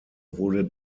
wurde